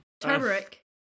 Turmeric